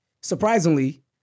Surprisingly